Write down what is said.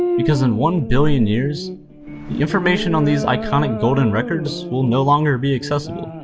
because in one billion years, the information on these iconic golden records will no longer be accessible.